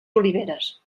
oliveres